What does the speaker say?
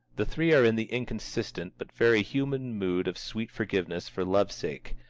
the three are in the inconsistent but very human mood of sweet forgiveness for love's sake,